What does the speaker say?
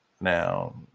Now